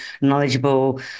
knowledgeable